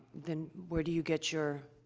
then where do you get your